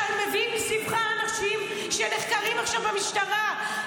אתה מביא סביבך אנשים שנחקרים עכשיו במשטרה.